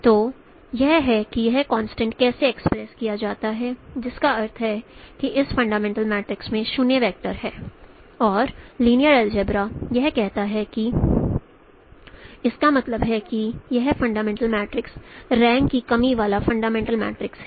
तो यह है कि यह कंस्ट्रेंट कैसे एक्सप्रेस किया जाता है और जिसका अर्थ है कि इस फंडामेंटल मैट्रिक्स में 0 वेक्टर है और लिन्यर अल्जेब्रा यह कहता है कि इसका मतलब है कि यह फंडामेंटल मैट्रिक्स रैंक की कमी वाला फंडामेंटल मैट्रिक्स है